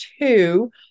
two